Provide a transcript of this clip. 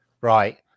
right